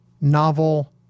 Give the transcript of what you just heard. novel